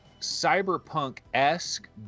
cyberpunk-esque